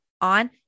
on